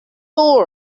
all